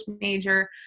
major